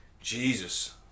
Jesus